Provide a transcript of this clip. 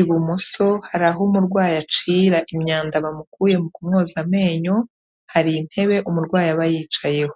ibumoso hari aho umurwayi acira imyanda bamukuye mu kumwoza amenyo, hari intebe umurwayi aba yicayeho.